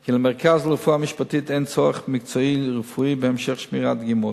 כי למרכז לרפואה משפטית אין צורך מקצועי-רפואי בהמשך שמירת דגימות,